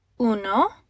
Uno